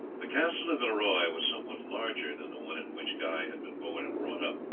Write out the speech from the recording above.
the castle of villeroy was somewhat larger than the one in which guy had been born and brought up.